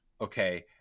okay